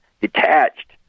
detached